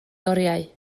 oriau